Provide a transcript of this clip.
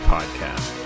Podcast